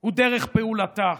הוא דרך פעולתה.